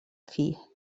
فيه